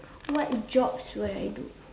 what jobs will I do